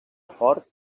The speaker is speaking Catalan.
fort